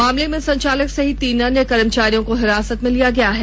मामले में संचालक सहित तीन अन्य कर्मचारियों को हिरासत में ले लिया गया है